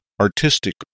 artistic